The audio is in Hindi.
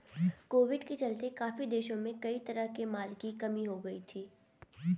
कोविड के चलते काफी देशों में कई तरह के माल की कमी हो गई थी